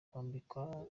kwambikwa